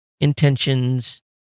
intentions